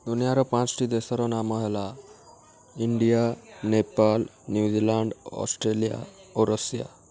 ଦୁନିଆର ପାଞ୍ଚଟି ଦେଶର ନାମ ହେଲା ଇଣ୍ଡିଆ ନେପାଳ ନିନ୍ୟୁଜ୍ଲାଣ୍ଡ୍ ଅଷ୍ଟ୍ରେଲିଆ ଓ ରଷିଆ